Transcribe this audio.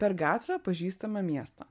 per gatvę pažįstame miestą